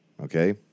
okay